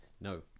no